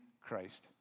Christ